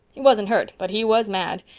he wasn't hurt, but he was mad.